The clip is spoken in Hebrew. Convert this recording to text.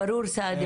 ברור סאיד,